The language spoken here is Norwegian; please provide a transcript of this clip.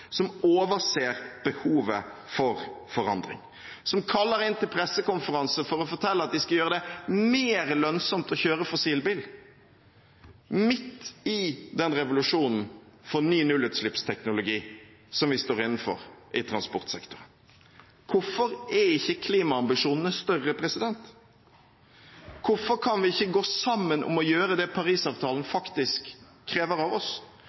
som overser behovet for forandring, som kaller inn til pressekonferanse for å fortelle at de skal gjøre det mer lønnsomt å kjøre fossilbil, midt i den revolusjonen for ny nullutslippsteknologi som vi står overfor i transportsektoren. Hvorfor er ikke klimaambisjonene større? Hvorfor kan vi ikke gå sammen om å gjøre det Paris-avtalen faktisk krever av oss?